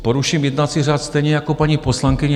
Poruším jednací řád, stejně jako paní poslankyně.